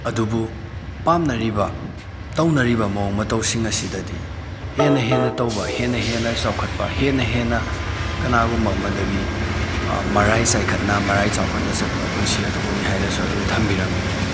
ꯑꯗꯨꯕꯨ ꯄꯥꯝꯅꯔꯤꯕ ꯇꯧꯅꯔꯤꯕ ꯃꯑꯣꯡ ꯃꯇꯧꯁꯤꯡ ꯑꯁꯤꯗꯗꯤ ꯍꯦꯟꯅ ꯍꯦꯟꯅ ꯇꯧꯕ ꯍꯦꯟꯅ ꯍꯦꯟꯅ ꯆꯥꯎꯈꯠꯄ ꯍꯦꯟꯅ ꯍꯦꯟꯅ ꯀꯅꯥꯒꯨꯝꯕ ꯑꯃꯗꯒꯤ ꯃꯔꯥꯏ ꯆꯥꯏꯈꯠꯅ ꯃꯔꯥꯏ ꯆꯥꯎꯈꯠꯅ ꯆꯠꯄ ꯄꯨꯟꯁꯤ ꯑꯗꯨꯕꯨꯅꯤ ꯍꯥꯏꯅꯁꯨ ꯑꯗꯨꯝ ꯊꯝꯕꯤꯔꯝꯏ